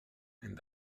and